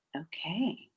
okay